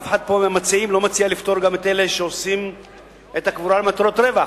אף אחד מהמציעים פה לא מציע לפטור גם אלה שעושים את הקבורה למטרות רווח.